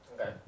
Okay